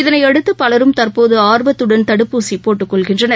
இதனையடுத்து பலரும் தற்போது ஆர்வத்துடன் தடுப்பூசி போட்டுக்கொள்கின்றனர்